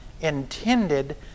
intended